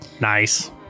Nice